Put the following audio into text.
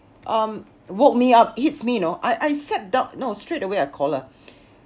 um woke me up hits me you know I I sat down no straight away I call her